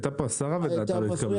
הייתה כאן השרה ודעתה לא התקבלה.